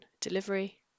delivery